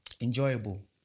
enjoyable